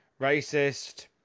racist